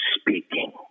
speaking